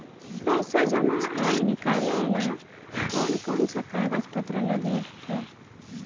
पैसा जमा आर निकाले ला कोन कोन सा कागज पत्र लगे है?